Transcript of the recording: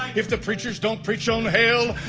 if the preachers don't preach on hell,